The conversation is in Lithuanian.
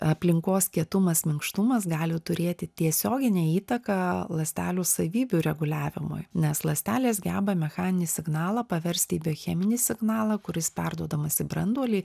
aplinkos kietumas minkštumas gali turėti tiesioginę įtaką ląstelių savybių reguliavimui nes ląstelės geba mechaninį signalą paverst į biocheminį signalą kuris perduodamas į branduolį